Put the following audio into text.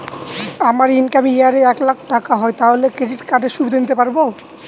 আমার income year এ এক লাক টাকা হয় তাহলে ক্রেডিট কার্ড এর সুবিধা নিতে পারবো?